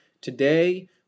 Today